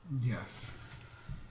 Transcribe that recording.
yes